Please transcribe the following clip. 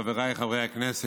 חבריי חברי הכנסת,